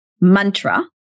mantra